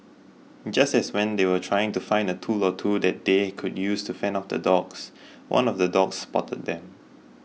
just as when they were trying to find a tool or two that they could use to fend off the dogs one of the dogs spotted them